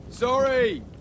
Sorry